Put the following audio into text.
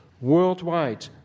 worldwide